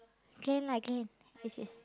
can lah can